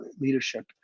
leadership